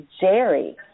Jerry